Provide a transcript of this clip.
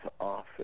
office